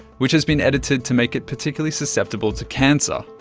which has been edited to make it particularly susceptible to cancer.